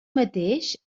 mateix